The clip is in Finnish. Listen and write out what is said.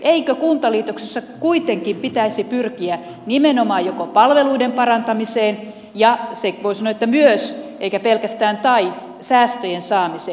eikö kuntaliitoksissa kuitenkin pitäisi pyrkiä nimenomaan palveluiden parantamiseen ja voisi sanoa myös eikä pelkästään tai säästöjen saamiseen